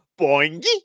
boingy